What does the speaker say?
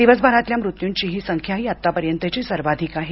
दिवसभरातल्या मृत्यूंची ही संख्याही आतापर्यंतची सर्वाधिक आहे